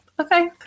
okay